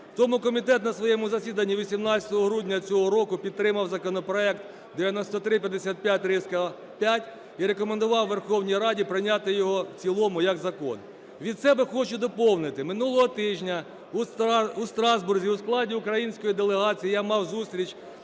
Тому комітет на своєму засіданні 18 грудня цього року підтримав законопроект 9355-5 і рекомендував Верховній Раді прийняти його в цілому як закон. Від себе хочу доповнити. Минулого тижня у Страсбурзі у складі української делегації я мав зустріч